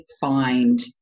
find